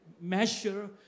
measure